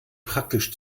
praktisch